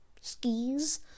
skis